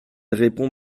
répond